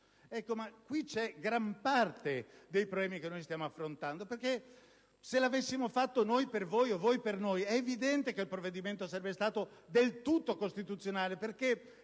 trova la gran parte dei problemi che stiamo affrontando. Se lo avessimo fatto noi per voi, o voi per noi, è evidente che il provvedimento sarebbe stato del tutto costituzionale, perché